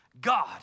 God